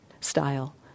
style